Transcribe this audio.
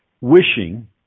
wishing